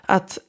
Att